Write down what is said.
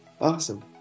Awesome